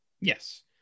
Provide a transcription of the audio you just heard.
Yes